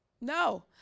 No